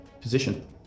position